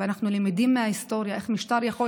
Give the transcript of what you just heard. אנחנו למדים מההיסטוריה איך משטר יכול